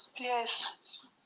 Yes